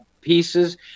pieces